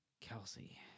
Kelsey